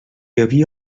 havia